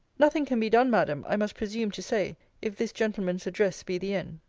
nothing can be done, madam, i must presume to say, if this gentleman's address be the end.